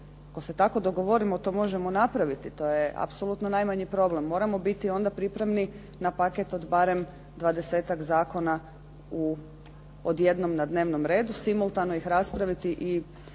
Ako se tako dogovorimo, to možemo napraviti, to je apsolutno najmanji problem. Moramo biti onda pripravni na paket od barem dvadesetak zakona odjednom na dnevnom redu, simultano ih raspraviti i